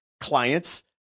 clients